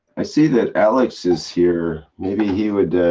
i see that alekz is here. maybe he would.